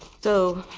so,